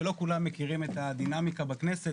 ולא כולם מכירים את הדינמיקה בכנסת,